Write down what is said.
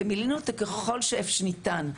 ומילאנו אותו ככל שניתן.